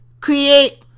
create